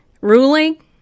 ruling